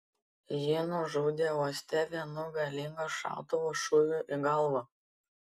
jį nužudė uoste vienu galingo šautuvo šūviu į galvą